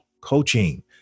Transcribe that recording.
coaching